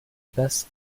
best